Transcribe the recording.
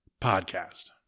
Podcast